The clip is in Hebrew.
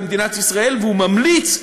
והוא ממליץ,